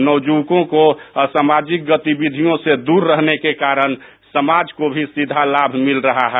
नवयुवकों के असामाजिक गतिविधियों से दूर रहने के कारण समाज को भी सीधा लाभ मिल रहा है